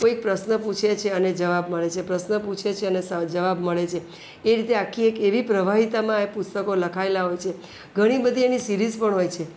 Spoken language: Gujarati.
કોઈક પ્રશ્ન પૂછે છે અને જવાબ મળે છે પ્રશ્ન પૂછે છે અને સા જવાબ મળે છે એ રીતે આખી એક એવી પ્રવાહિતામાં એ પુસ્તકો લખાયેલા હોય છે ઘણી બધી એવી સિરિઝ પણ હોય છે